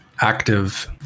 active